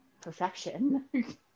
perfection